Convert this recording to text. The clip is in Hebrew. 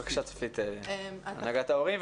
בבקשה, צופית מהנהגת ההורים.